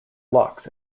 locks